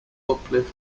uplift